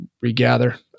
regather